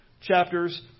chapters